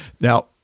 now